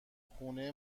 خونه